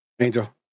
Angel